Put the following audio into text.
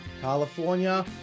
California